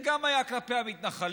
זה גם היה כלפי המתנחלים,